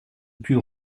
pût